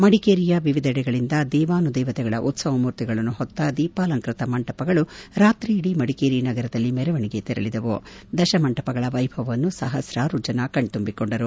ಮದಿಕೇರಿಯ ವಿವಿಧೆಡೆಗಳಿಂದ ದೇವಾನುದೇವತೆಗಳ ಉತ್ಸವ ಮೂರ್ತಿಗಳನ್ನು ಹೊತ್ತ ದೀಪಾಲಂಕೃತ ಮಂಟಪಗಳು ರಾತ್ರಿಯಿಡಿ ಮಡಿಕೇರಿ ನಗರದಲ್ಲಿ ಮೆರವಣಿಗೆ ತೆರಳಿದವು ದಶ ಮಂಟಪಗಳ ವ್ಯಭವವನ್ನು ಸಹಸ್ರಾರು ಜನ ಕಣ್ತಂಬಿಕೊಂಡರು